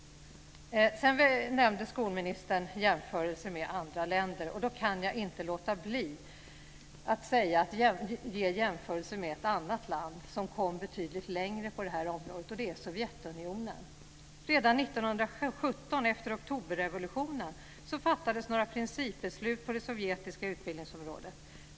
Sedan nämnde skolministern jämförelser med andra länder. Jag kan då inte låta bli att jämföra med ett annat land som kom betydligt längre på det här området, och det är Sovjetunionen. Redan 1917, efter oktoberrevolutionen, fattades några principbeslut på det sovjetiska utbildningsområdet.